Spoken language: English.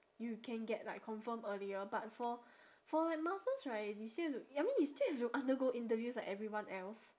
you can get like confirm earlier but for for like master's right you still have to I mean you still have to undergo interviews like everyone else